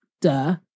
duh